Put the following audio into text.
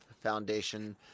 foundation